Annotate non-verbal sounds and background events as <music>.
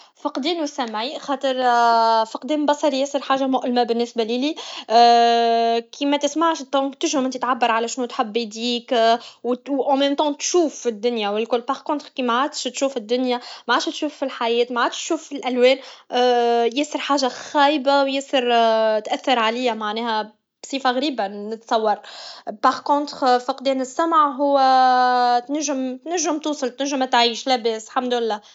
فقدان سمعي خاطر فقدان بصري ياسر حاجه مؤلمه بالنسيه الي <hesitation> كما تسمعش دونك تنجم انتي تعبر شنو حاب يجيك او مام طن تشوف الدنيا و الكل باغ كونخ كماعادش تشوف الدنيا معادش تشوف فالحياه معادش تشوف فالالوان <hesitation> ياسر حاجه خايبه و ياسر تاثر عليا معناها بصفه غريبه نصور باغ كونخ فقدان السمع هو تنجم توصل تنجم تعيش لباس حمدالله